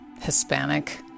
Hispanic